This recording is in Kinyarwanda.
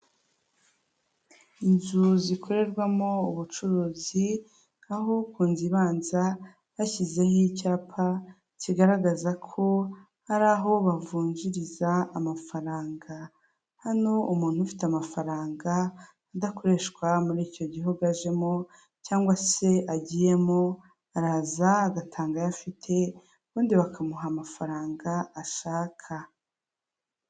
Inzu zikorerwamo ubucuruzi aho ku izu ibanza bashyizeho icyapa kigaragaza ko hari aho bavunjiriza amafaranga. Hano umuntu ufite amafaranga adakoreshwa muri icyo gihugu ajemo cyangwa se agiyemo araza agatanga ayafite ubundi bakamuha amafaranga ashaka.